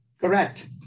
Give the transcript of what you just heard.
Correct